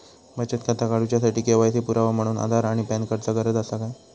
बचत खाता काडुच्या साठी के.वाय.सी पुरावो म्हणून आधार आणि पॅन कार्ड चा गरज आसा काय?